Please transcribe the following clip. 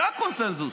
זה הקונסנזוס.